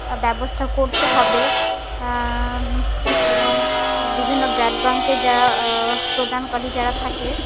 ব্যবস্থা করতে হবে এবং বিভিন্ন ব্র্যান্ড ব্যাঙ্কের যারা প্রদানকারী যারা থাকে